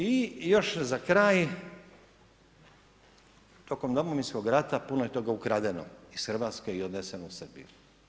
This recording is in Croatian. I još za kraj, tokom Domovinskog rata puno je toga ukradeno i RH i odneseno u Srbiju.